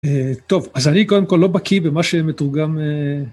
טוב, אז אני, קודם כל, לא בקיא במה שמתורגם